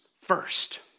first